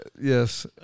Yes